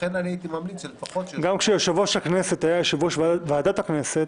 גם כשיושב-ראש הכנסת היה יושב-ראש ועדת הכנסת,